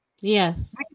Yes